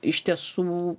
iš tiesų